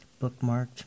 bookmarked